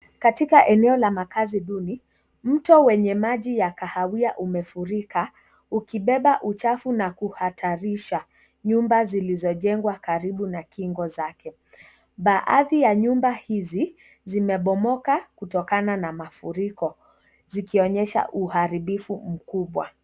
Katika eneo la makazi duni, mto wenye majinya kahawia umefurika ukibeba uchafu na kuhatarisha, nyumba zilizojengwa karibu na kingo zake. Baadhi ya nyumba hizi zimebomoka kutokana na mafuriko Zikionyesha uharibifu mkubwa.